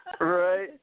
Right